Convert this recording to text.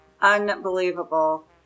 unbelievable